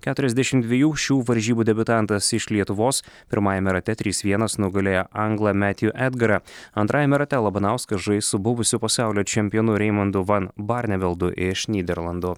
keturiasdešim dviejų šių varžybų debiutantas iš lietuvos pirmajame rate trys vienas nugalėjo anglą metju edgarą antrajame rate labanauskas žais su buvusiu pasaulio čempionu reimondu van barneveldu iš nyderlandų